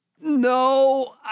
No